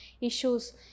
issues